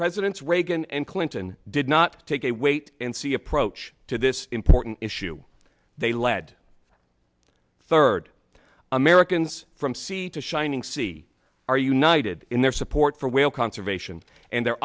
presidents reagan and clinton did not take a wait and see approach to this important issue they lead third americans from sea to shining sea are you not added in their support for whale conservation and their